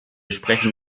sprechen